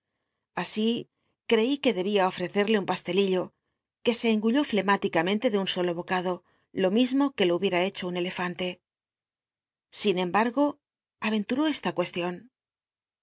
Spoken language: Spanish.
así creí que dcbia ofrecerle un pastelillo que se engulló flemiíticamente de un solo bocado lo mismo que lo hubiera hecho un elefante sin embargo aventu ró esta cuestion los